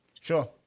Sure